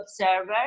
observer